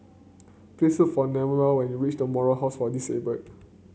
please for Newell when you reach The Moral House for Disabled